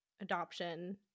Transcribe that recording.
adoption